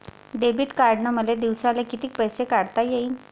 Debit कार्डनं मले दिवसाले कितीक पैसे काढता येईन?